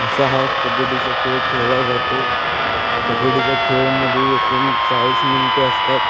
असा हा कब्बडीचा खेळ खेळला जातो कबड्डीच्या खेळमध्ये एकून चाळीस मिनटे असतात